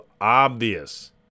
obvious